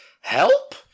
Help